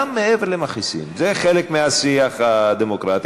גם מעבר למכעיסים, זה חלק מהשיח הדמוקרטי.